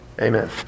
Amen